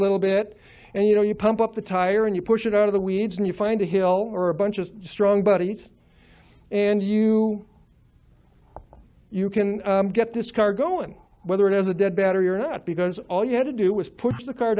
little bit and you know you pump up the tire and you push it out of the weeds and you find a hill or a bunch of strong body heat and you can get this car going whether it has a dead battery or not because all you had to do was put the card